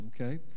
okay